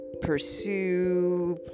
pursue